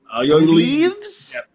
Leaves